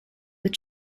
were